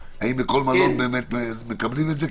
האם זה באמת עובד, והאם בכל מקום מקבלים את זה.